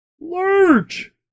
Lurch